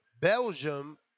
Belgium